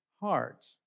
heart